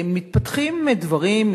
מתפתחים דברים,